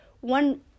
one